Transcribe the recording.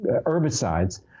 herbicides